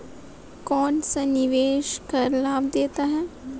कौनसा निवेश कर लाभ देता है?